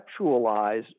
conceptualize